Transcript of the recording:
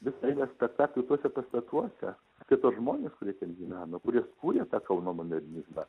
visą eilę spektaklių tuose pastatuose apie tuos žmones kurie ten gyveno kurie sukūrė tą kauno modernizmą